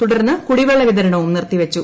തുടർന്ന് കുടിവെള്ള വിതരണവും നിർത്തിവച്ചു